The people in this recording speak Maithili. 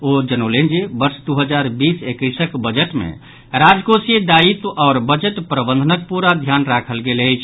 ओ जनौलनि जे वर्ष दू हजार बीस एक्कैसक बजट मे राजकोषीय दायित्व आओर बजट प्रबंधनक प्रा ध्यान राखल गेल अछि